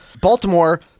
Baltimore